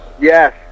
Yes